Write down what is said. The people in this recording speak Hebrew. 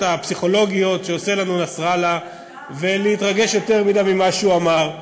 הפסיכולוגיות שעושה לנו נסראללה ולהתרגש יותר מדי ממה שהוא אמר.